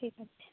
ঠিক আছে